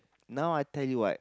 now I tell you what